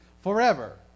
forever